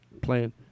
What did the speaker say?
playing